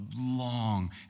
long